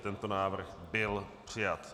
Tento návrh byl přijat.